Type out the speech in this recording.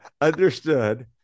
Understood